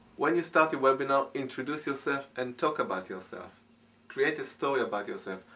when you start your webinar, introduce yourself and talk about yourself create a story about yourself.